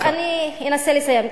טוב, אני אנסה לסיים.